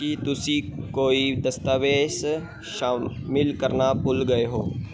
ਕੀ ਤੁਸੀਂ ਕੋਈ ਦਸਤਾਵੇਜ਼ ਸ਼ਾਮਲ ਕਰਨਾ ਭੁੱਲ ਗਏ ਹੋ